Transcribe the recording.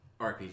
RPG